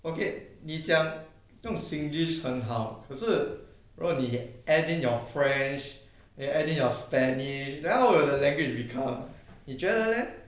okay 你讲这种 singlish 很好可是如果你 add in your french you add in your spanish then what would the language become 你觉得 leh